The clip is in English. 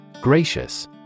Gracious